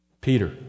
Peter